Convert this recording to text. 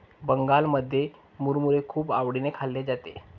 बंगालमध्ये मुरमुरे खूप आवडीने खाल्ले जाते